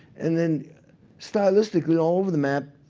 and then stylistically all over the map.